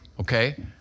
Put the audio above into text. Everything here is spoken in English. okay